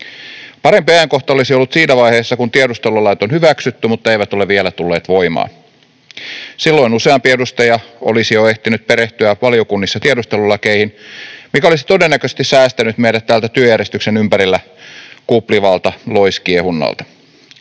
Parempi ajankohta olisi ollut siinä vaiheessa, kun tiedustelulait on hyväksytty mutta eivät ole vielä tulleet voimaan. Silloin useampi edustaja olisi jo ehtinyt perehtyä valiokunnissa tiedustelulakeihin, mikä olisi todennäköisesti säästänyt meidät tältä työjärjestyksen ympärillä kuplivalta loiskiehunnalta.